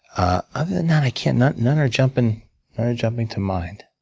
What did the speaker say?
ah other than that, i can't none none are jumping jumping to mind.